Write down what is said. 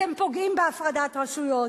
אתם פוגעים בהפרדת רשויות.